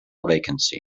vacancy